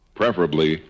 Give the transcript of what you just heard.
preferably